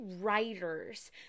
writers